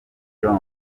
jong